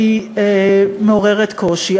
והיא מעוררת קושי.